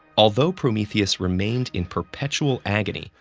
although prometheus remained in perpetual agony,